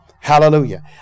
Hallelujah